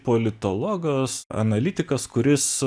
politologas analitikas kuris